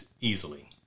easily